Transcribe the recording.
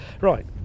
Right